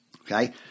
Okay